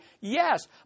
Yes